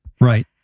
right